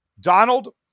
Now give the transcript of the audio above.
Donald